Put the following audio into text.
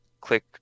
click